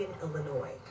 Illinois